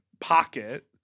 pocket